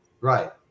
Right